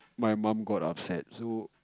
my mum got upset so